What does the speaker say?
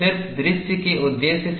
सिर्फ दृश्य के उद्देश्य से